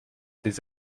des